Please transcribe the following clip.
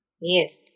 Yes